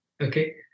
Okay